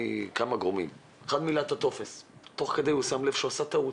אחד מילא את הטופס ותוך כדי הוא שם לב שעשה טעות,